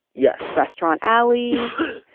yeah restaurant alleys.